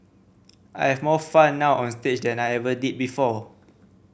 I have more fun now onstage than I ever did before